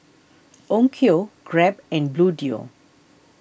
Onkyo Grab and Bluedio